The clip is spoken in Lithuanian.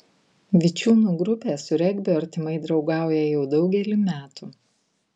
vičiūnų grupė su regbiu artimai draugauja jau daugelį metų